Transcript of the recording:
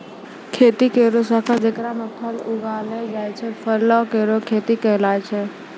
खेती केरो शाखा जेकरा म फल उगैलो जाय छै, फलो केरो खेती कहलाय छै